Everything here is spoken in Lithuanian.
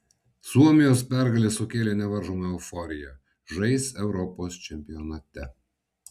suomijos pergalė sukėlė nevaržomą euforiją žais europos čempionate